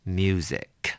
music 。